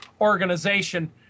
organization